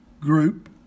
group